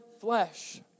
flesh